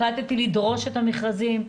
החלטתי לדרוש את המשרדים,